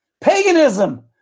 Paganism